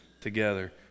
together